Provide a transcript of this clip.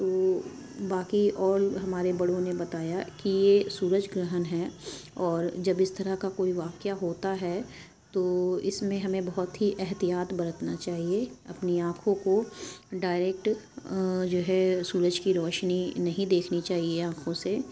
تو باقی اور ہمارے بڑوں نے بتایا کی یہ سورج گرہن ہے اور جب اس طرح کا کوئی واقعہ ہوتا ہے تو اس میں ہمیں بہت ہی احتیاط برتنا چاہیے اپنی آنکھوں کو ڈائریکٹ جو ہے سورج کی روشنی نہیں دیکھنی چاہیے آنکھوں سے